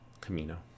Camino